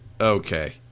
okay